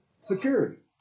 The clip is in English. security